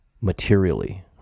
materially